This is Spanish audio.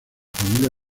familia